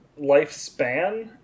lifespan